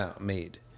made